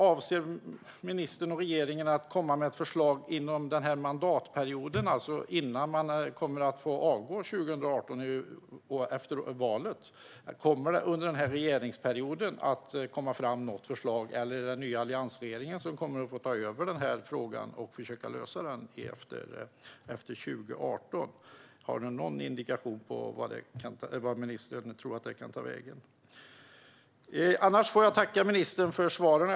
Avser ministern och regeringen att komma med ett förslag inom den här mandatperioden, innan man kommer att få avgå efter valet 2018? Kommer det att komma något förslag under den här regeringsperioden, eller är det den nya alliansregeringen som kommer att få ta över frågan och försöka lösa den efter 2018? Har ministern någon indikation på vart det kan ta vägen? Annars får jag tacka ministern för svaren.